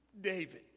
David